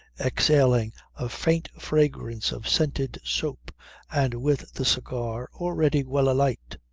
exhaling a faint fragrance of scented soap and with the cigar already well alight.